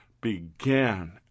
began